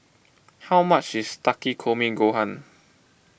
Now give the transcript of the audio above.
how much is Takikomi Gohan